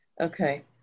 Okay